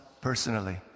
personally